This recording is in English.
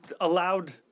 allowed